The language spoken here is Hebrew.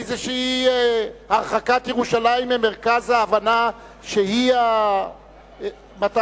איזו הרחקה של ירושלים ממרכז ההבנה שהיא המטרה.